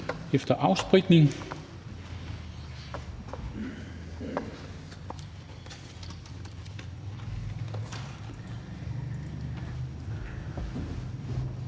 efter afspritning